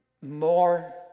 more